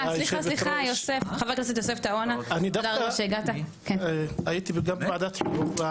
אני בדיוק הגעתי מדיון בוועדת חינוך,